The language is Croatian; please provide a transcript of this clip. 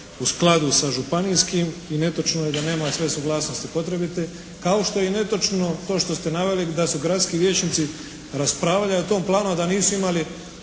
u skladu sa županijskim i netočno je da nema sve suglasnosti potrebite. Kao što je netočno to što ste naveli da su gradski vijećnici raspravljali o tom planu a da nisu imali